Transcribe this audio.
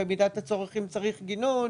במידת הצורך אם צריך גינון,